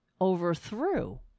overthrew